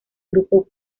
grupo